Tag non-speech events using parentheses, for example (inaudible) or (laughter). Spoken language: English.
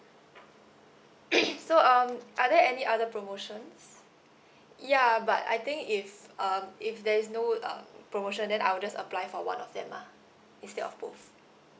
(noise) so um are there any other promotions ya but I think if uh if there is no um promotion then I'll just apply for one of them lah instead of both